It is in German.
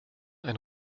ein